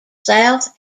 south